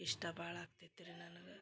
ಇಷ್ಟ ಭಾಳ ಆಗ್ತೈತ ರೀ ನನ್ಗೆ